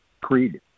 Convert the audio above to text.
creed